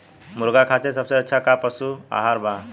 मुर्गा खातिर सबसे अच्छा का पशु आहार बा?